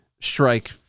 strike